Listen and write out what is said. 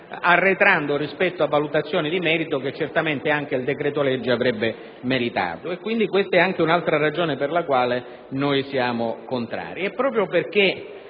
arretrando rispetto a valutazioni sul contenuto che certamente anche il decreto-legge avrebbe meritato. Questa è un'altra ragione per la quale siamo contrari.